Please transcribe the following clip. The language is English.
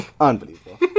Unbelievable